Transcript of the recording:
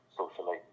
socially